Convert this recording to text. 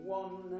one